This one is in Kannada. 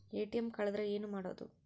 ಎ.ಟಿ.ಎಂ ಕಳದ್ರ ಏನು ಮಾಡೋದು?